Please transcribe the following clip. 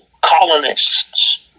colonists